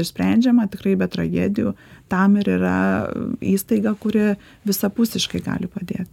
išsprendžiama tikrai be tragedijų tam ir yra įstaiga kuri visapusiškai gali padėt